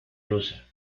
rusa